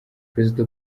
perezida